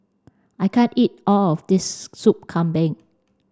I can't eat all of this soup Kambing